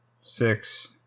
six